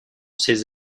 ces